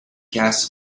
gas